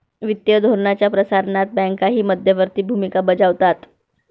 वित्तीय धोरणाच्या प्रसारणात बँकाही मध्यवर्ती भूमिका बजावतात